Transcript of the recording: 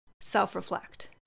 self-reflect